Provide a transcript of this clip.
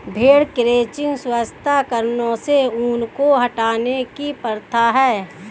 भेड़ क्रचिंग स्वच्छता कारणों से ऊन को हटाने की प्रथा है